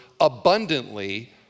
abundantly